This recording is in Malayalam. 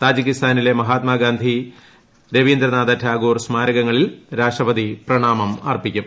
താജിക്കിസ്ഥാനിലെ മഹാത്മാഗാന്ധി രവീന്ദ്രനാഥ ടാഗോർ സ്മാരകങ്ങളിൽ രാഷ്ട്രപതി പ്രണാമം അർപ്പിക്കും